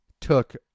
took